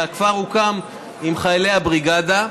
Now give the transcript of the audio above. והכפר הוקם עם חיילי הבריגדה.